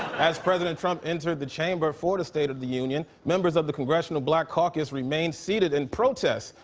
as president trump entered the chamber for the state of the union. members of the congressional black caucus remained seated in protest.